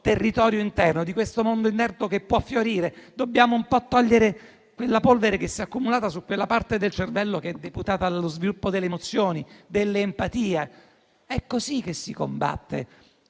territorio interno, di questo mondo che può fiorire. Dobbiamo togliere la polvere che si è accumulata su quella parte del cervello che è deputata allo sviluppo delle emozioni, dell'empatia. È così che si combatte